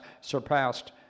surpassed